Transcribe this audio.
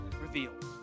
revealed